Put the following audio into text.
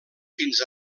fins